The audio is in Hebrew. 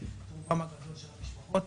רובן הגדול של המשפחות